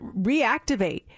reactivate